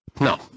no